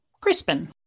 Crispin